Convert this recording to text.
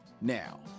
now